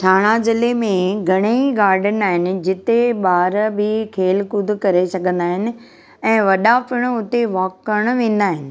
थाणा ज़िले में घणेई गाडन आहिनि जिते ॿार बि खेल कुद करे सघंदा आहिनि ऐं वॾा पिणु उते वॉक करण वेंदा आहिनि